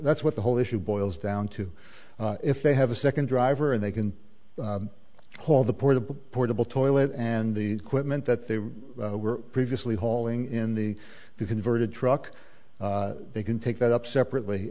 that's what the whole issue boils down to if they have a second driver and they can haul the portable portable toilet and the equipment that they were previously hauling in the converted truck they can take that up separately